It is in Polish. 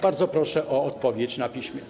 Bardzo proszę o odpowiedź na piśmie.